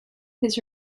his